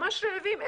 ממש רעבים.